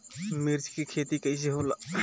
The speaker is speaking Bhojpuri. मिर्च के खेती कईसे होला?